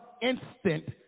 instant